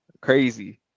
Crazy